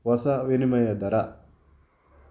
ಹೊಸ ವಿನಿಮಯ ದರ